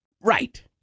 Right